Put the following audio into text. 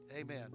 Amen